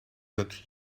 that